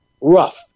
rough